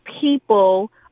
people